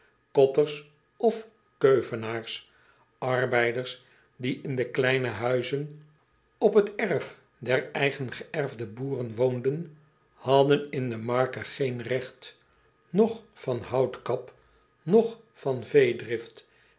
otters of keuvenaars arbeiders die in de kleine huizen op het erf der eigengeërfde boeren woonden hadden in de marke geen regt noch van houtkap noch van